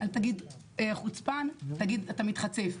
אל תגיד "חוצפן", תגיד "אתה מתחצף".